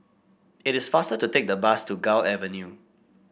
it is faster to take the bus to Gul Avenue